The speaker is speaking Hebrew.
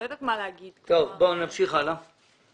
להתייחס לזה בשלב הזה.